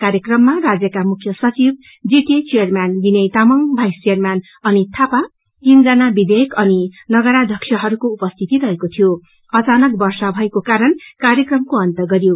कार्यक्रममा राज्यका मुख्य सचिव जीटिए चेयरम्यान अनि भाइस चेयरम्यान अनित थापा तीनजना विधायक अनि नगराध्यक्षहरूको उपस्थिति रहेको थियो अचानक वर्षा भएको कारण कार्यक्रमको अन्त गरियो